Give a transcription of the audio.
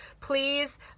please